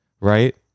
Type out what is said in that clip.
right